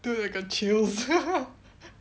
dude I got chills